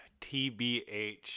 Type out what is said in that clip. TBH